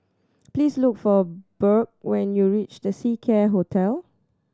please look for Burke when you reach The Seacare Hotel